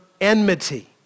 enmity